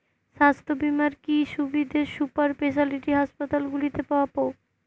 স্বাস্থ্য বীমার কি কি সুবিধে সুপার স্পেশালিটি হাসপাতালগুলিতে পাব?